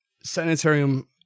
Sanitarium